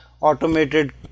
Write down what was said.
automated